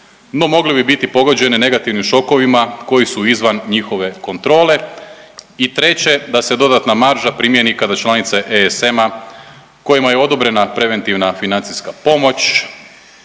no mogle bi biti pogođene negativnim šokovima koji su izvan njihove kontrole i treće da se dodatna marža primjeni kada članice ESM-a kojima je odobrena preventivna financijska pomoć